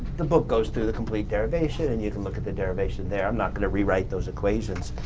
the book goes through the complete derivation and you can look at the derivation there. i'm not going to rewrite those equations.